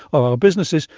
or our businesses,